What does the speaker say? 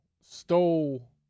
stole